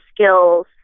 skills